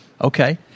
Okay